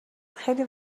خیلی